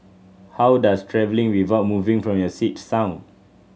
how does travelling without moving from your seat sound